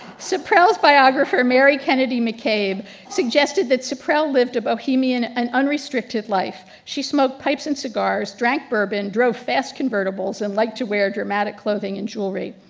sipprell's biographer mary kennedy mccabe suggested that sipprell lived a bohemian and unrestricted life. she smoked pipes and cigars, drank bourbon, drove fast convertibles, and like to wear dramatic clothing and jewelry.